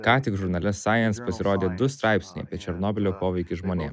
ką tik žurnale sajens pasirodė du straipsniai apie černobylio poveikį žmonėm